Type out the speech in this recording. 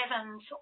heavens